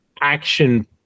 action